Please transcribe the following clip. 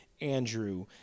Andrew